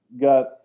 got